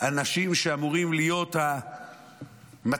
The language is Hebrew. אנשים שאמורים להיות המצפן